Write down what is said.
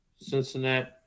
Cincinnati